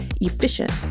efficient